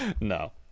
No